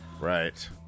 right